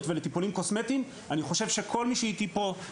ולטיפולים קוסמטיים אני חושב שכל מי שאיתי פה,